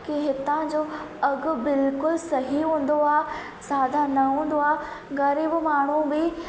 कि हितां जो अघु बिल्कुलु सही हूंदो आहे ज़्यादा न हूंदो आहे ग़रीब माण्हू बि